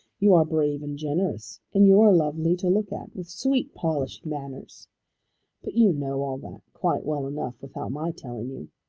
you are brave and generous and you are lovely to look at, with sweetly polished manners but you know all that quite well enough without my telling you.